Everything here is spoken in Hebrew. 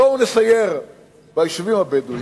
בואו נסייר ביישובים הבדואיים,